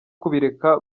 kubireka